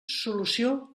solució